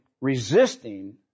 resisting